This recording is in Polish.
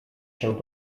się